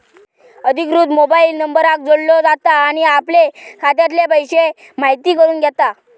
अधिकृत मोबाईल नंबराक जोडलो जाता आणि आपले खात्यातले पैशे म्हायती करून घेता